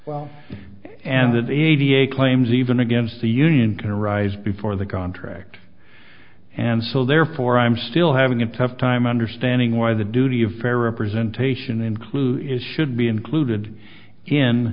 well and that eighty eight claims even against the union can arise before the contract and so therefore i'm still having a tough time understanding why the duty of fair representation include is should be included in